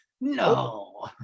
No